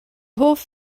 hoff